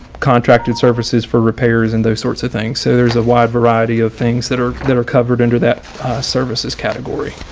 contracted services for repairs and those sorts of things. so there's a wide variety of things that are that are covered under that services category.